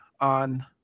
on